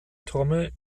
trommel